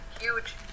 huge